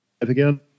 again